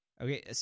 okay